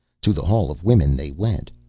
to the hall of women they went.